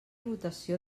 votació